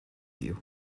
you